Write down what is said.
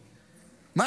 הממשלה.